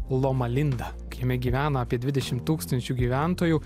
loma linda jame gyvena apie dvidešimt tūkstančių gyventojų